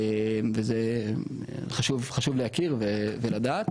ואת זה חשוב להכיר ולדעת.